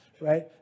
right